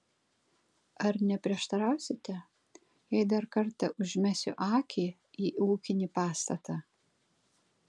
ar neprieštarausite jei dar kartą užmesiu akį į ūkinį pastatą